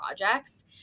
projects